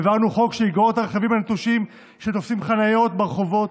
העברנו חוק שיגרור את הרכבים הנטושים שתופסים חניות ברחובות.